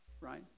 right